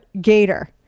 gator